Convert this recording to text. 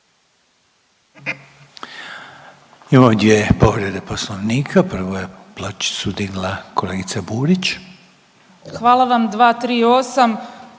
Hvala vam g.